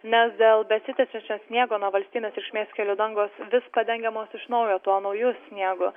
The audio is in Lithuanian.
nes dėl besitęsiančio sniego nu valstybės reikšmės kelių dangos vis padengiamos iš naujo tuo nauju sniegu